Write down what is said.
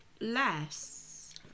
less